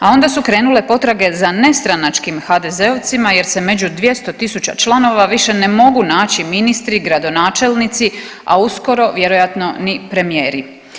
A onda su krenule potrage za nestranačkim HDZ-ovicma jer se među 200.000 članova više ne mogu naći ministri, gradonačelnici, a uskoro vjerojatno ni premijeri.